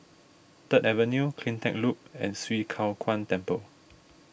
Third Avenue CleanTech Loop and Swee Kow Kuan Temple